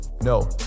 No